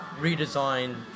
redesigned